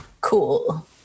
Cool